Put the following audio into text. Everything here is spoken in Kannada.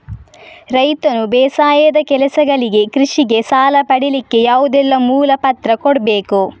ರೈತನು ಬೇಸಾಯದ ಕೆಲಸಗಳಿಗೆ, ಕೃಷಿಗೆ ಸಾಲ ಪಡಿಲಿಕ್ಕೆ ಯಾವುದೆಲ್ಲ ಮೂಲ ಪತ್ರ ಕೊಡ್ಬೇಕು?